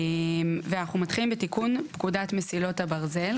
אנחנו מתחילים בתיקון פקודת מסילות הברזל.